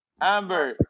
Amber